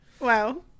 wow